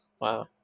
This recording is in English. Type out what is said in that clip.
Wow